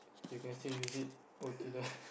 you cans till use it O_T_W